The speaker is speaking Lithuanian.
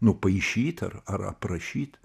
nupaišyt ar ar aprašyt